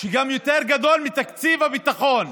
הוא גם יותר גדול מתקציב הביטחון,